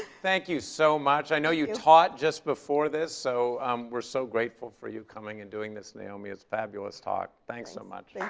thank you so much. i know you taught just before this, so um we're so grateful for you coming and doing this, naomi. it's a fabulous talk. thanks so much.